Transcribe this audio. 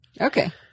Okay